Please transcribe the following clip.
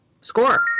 Score